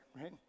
right